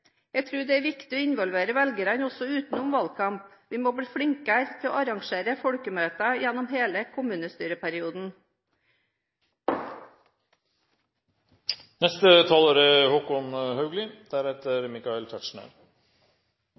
Jeg tror det er viktig å involvere velgerne også utenom valgkampen. Vi må bli flinkere til å arrangere folkemøter gjennom hele kommunestyreperioden. Å la være å stemme er